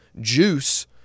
juice